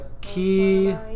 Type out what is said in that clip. Key